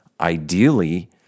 ideally